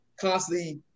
constantly